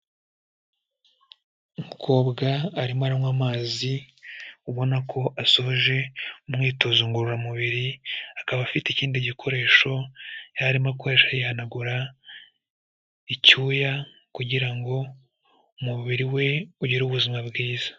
Umukobwa arimo aranywa amazi, ubona ko asohoje umwitozo ngororamubiri akaba afite ikindi gikoresho yari arimo akoresha yihanagura icyuya, kugira ngo umubiri we ugire ubuzima bwiza.